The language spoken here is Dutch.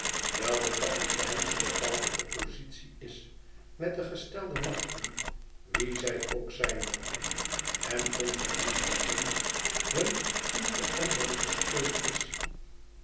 de kapitein in bepaalde oppositie is met de gestelde machten wie zij ook zijn mogen en onze andere vriend hun onveranderlijke steun is